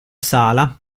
sala